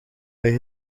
bij